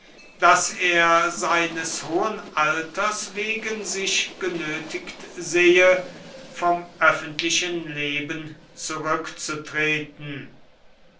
daß er seines hohen alters wegen sich genötigt sehe vom öffentlichen leben zurückzutreten